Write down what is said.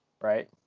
right